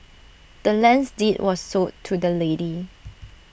the land's deed was sold to the lady